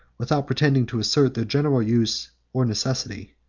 without pretending to assert their general use or necessity.